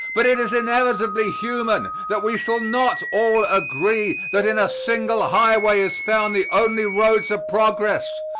but it is inevitably human that we shall not all agree that in a single highway is found the only road to progress,